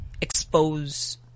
expose